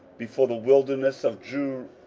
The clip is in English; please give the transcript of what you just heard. before the wilderness of jeruel.